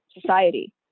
society